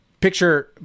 picture